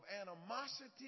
animosity